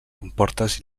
comportes